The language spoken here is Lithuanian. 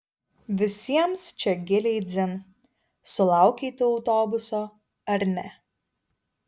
visiems čia giliai dzin sulaukei tu autobuso ar ne